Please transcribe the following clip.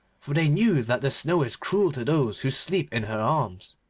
for they knew that the snow is cruel to those who sleep in her arms.